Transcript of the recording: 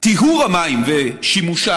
טיהור המים ושימושם,